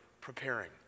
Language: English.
preparing